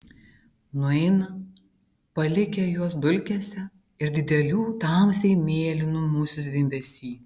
nueina palikę juos dulkėse ir didelių tamsiai mėlynų musių zvimbesy